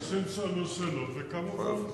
אנשים שאלו שאלות וקמו והלכו.